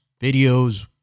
videos